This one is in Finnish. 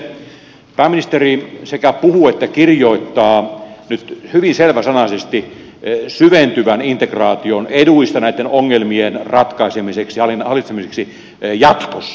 toisekseen pääministeri sekä puhuu että kirjoittaa nyt hyvin selväsanaisesti syventyvän integraation eduista näitten ongelmien ratkaisemiseksi hallitsemiseksi jatkossa